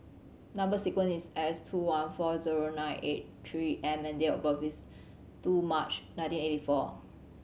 number sequence is S two one four zero nine eight Three M and date of birth is two March nineteen eighty four